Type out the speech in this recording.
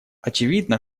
очевидно